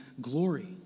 glory